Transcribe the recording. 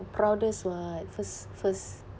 proudest [what] first first